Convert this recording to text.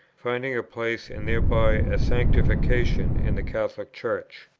finding a place and thereby a sanctification, in the catholic church.